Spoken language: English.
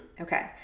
okay